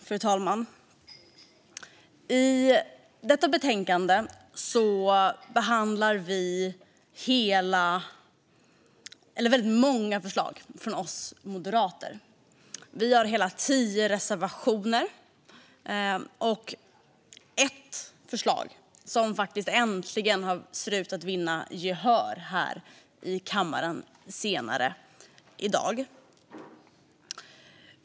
Fru talman! I detta betänkande behandlas väldigt många förslag från oss moderater. Vi har hela tio reservationer och ett förslag som äntligen ser ut att vinna gehör här i kammaren senare i dag.